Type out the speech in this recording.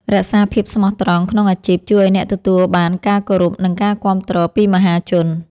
រក្សាភាពស្មោះត្រង់ក្នុងអាជីពជួយឱ្យអ្នកទទួលបានការគោរព និង ការគាំទ្រពីមហាជន។